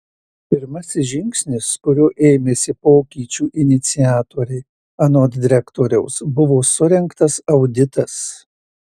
pirmasis žingsnis kurio ėmėsi pokyčių iniciatoriai anot direktoriaus buvo surengtas auditas